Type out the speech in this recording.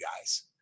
guys